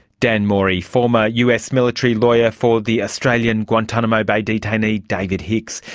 dan mori, former us military lawyer for the australian guantanamo bay detainee david hicks.